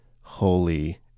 holy